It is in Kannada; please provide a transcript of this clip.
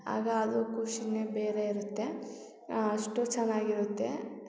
ಆಗ ಅದು ಖುಷಿನೆ ಬೇರೆ ಇರುತ್ತೆ ಅಷ್ಟು ಚೆನ್ನಾಗಿರುತ್ತೆ